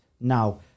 now